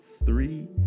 three